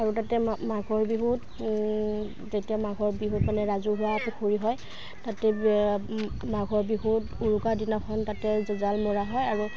আৰু তাতে মাঘৰ বিহুত তেতিয়া মাঘৰ বিহুত মানে ৰাজহুৱা পুখুৰী হয় তাতে মাঘৰ বিহুত উৰুকাৰ দিনাখন তাতে জাল মৰা হয় আৰু